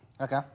okay